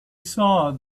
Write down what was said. saw